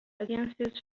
alliances